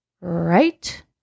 Right